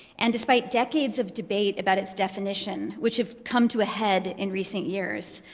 and despite decades of debate about its definition, which have come to a head in recent years,